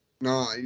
No